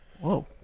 Whoa